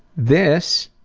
this